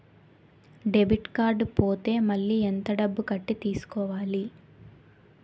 Debit card పోతే మళ్ళీ ఎంత డబ్బు కట్టి తీసుకోవాలి?